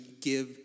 give